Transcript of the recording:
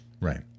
Right